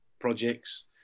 projects